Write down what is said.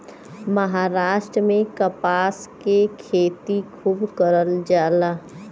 महाराष्ट्र में कपास के खेती खूब करल जाला